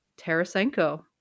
Tarasenko